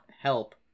help